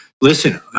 listen